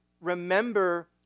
remember